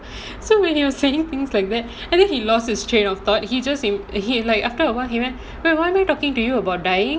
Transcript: so when he was saying things like that and then he lost his train of thought he just in a he like after awhile he went why am I talking to you about dying